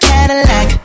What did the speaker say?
Cadillac